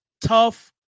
tough